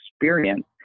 experience